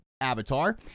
Avatar